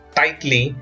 tightly